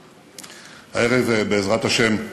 הערב, בעזרת השם,